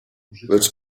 lecz